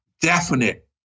definite